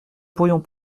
pourrions